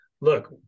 look